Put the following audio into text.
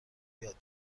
یاد